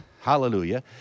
hallelujah